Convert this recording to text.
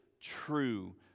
true